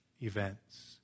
events